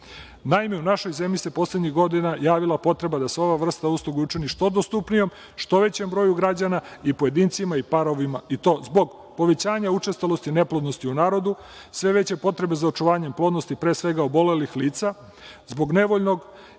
u našoj zemlji se poslednjih godina javila potreba da se ova vrsta usluga učini što dostupnijom, što većem broju građana, i pojedincima i parovima, i to zbog povećanja učestalosti neplodnosti u narodu, sve veće potrebe za očuvanjem plodnosti, pre svega obolelih lica, zbog nevoljnog